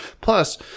plus